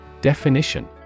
Definition